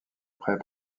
près